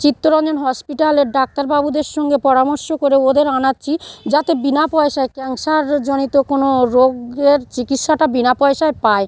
চিত্তরঞ্জন হসপিটালের ডাক্তারবাবুদের সঙ্গে পরামর্শ করে ওদের আনাচ্ছি যাতে বিনা পয়সায় ক্যান্সারজনিত কোনো রোগের চিকিৎসাটা বিনা পয়সায় পায়